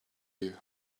you